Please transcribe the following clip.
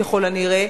ככל הנראה.